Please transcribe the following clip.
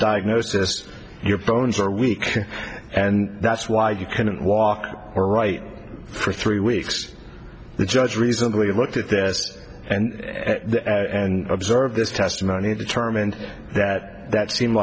diagnosis your bones are weak and that's why you couldn't walk or write for three weeks the judge reasonably looked at this and observed this testimony determined that that seemed